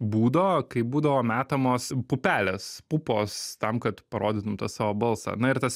būdo kai būdavo metamos pupelės pupos tam kad parodytum tą savo balsą na ir tas